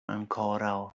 ankoraŭ